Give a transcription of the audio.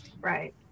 right